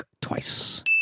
Twice